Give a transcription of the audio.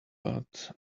but